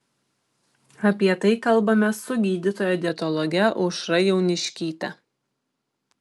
apie tai kalbamės su gydytoja dietologe aušra jauniškyte